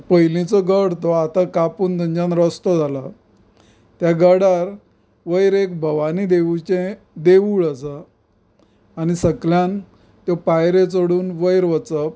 पयलींचो गड तो आतां कापून थंयच्यान रस्तो जाला त्या गडार वयर एक भवानी देवीचें देवूळ आसा आनी सकल्यान त्यो पायऱ्यो चडून वयर वचप